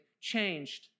changed